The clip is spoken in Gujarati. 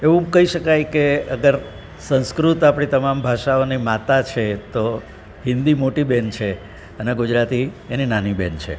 એવું કહી શકાય કે અગર સંસ્કૃત આપણી તમામ ભાષાઓની માતા છે તો હિન્દી મોટી બહેન છે અને ગુજરાતી એની નાની બહેન છે